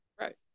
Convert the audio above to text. Right